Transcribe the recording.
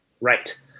Right